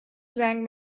زنگ